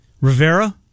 Rivera